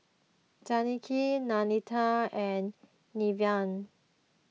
Zackery Nanette and Neveah